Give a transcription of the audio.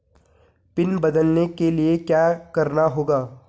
Pin बदलने के लिए क्या करना होगा?